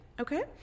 okay